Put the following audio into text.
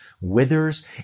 withers